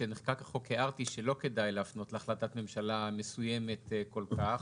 כשנחקק החוק הערתי שלא כדאי להפנות להחלטת ממשלה מסוימת כל כך,